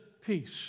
peace